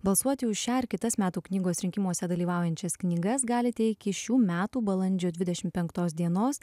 balsuoti už šią ar kitas metų knygos rinkimuose dalyvaujančias knygas galite iki šių metų balandžio dvidešim penktos dienos